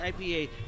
IPA